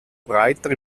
breiter